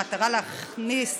במטרה להכניס